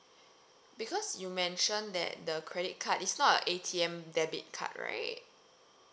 because you mention that the credit card is not a A_T_M debit card right